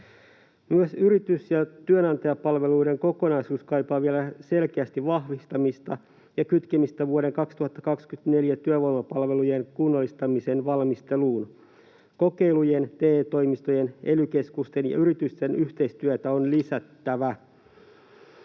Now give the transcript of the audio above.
Myös yritys- ja työnantajapalveluiden kokonaisuus kaipaa vielä selkeästi vahvistamista ja kytkemistä vuoden 2024 työvoimapalvelujen kunnallistamisen valmisteluun. Kokeilujen, TE-toimistojen, ely-keskusten ja yritysten yhteistyötä on lisättävä.